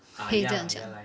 可以这样讲